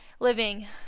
living